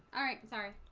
all right, sorry.